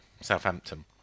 Southampton